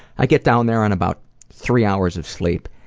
i get down there on about three hours of sleep.